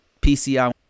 PCI